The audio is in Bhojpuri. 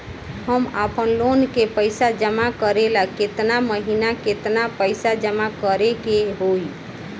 हम आपनलोन के पइसा जमा करेला केतना महीना केतना पइसा जमा करे के होई?